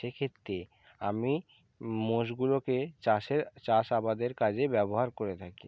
সেক্ষেত্রে আমি মোষগুলোকে চাষে চাষ আবাদের কাজে ব্যবহার করে থাকি